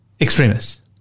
extremists